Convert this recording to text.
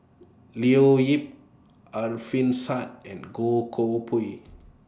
Leo Yip Alfian Sa'at and Goh Koh Pui